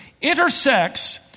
intersects